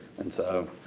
and so,